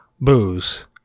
booze